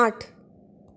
आठ